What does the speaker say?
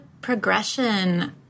progression